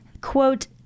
quote